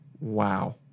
Wow